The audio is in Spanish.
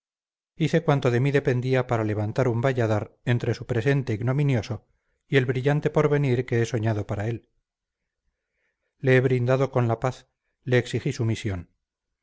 hice cuanto de mí dependía para levantar un valladar entre su presente ignominioso y el brillante porvenir que he soñado para él le he brindado con la paz le exigí sumisión